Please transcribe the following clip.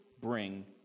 bring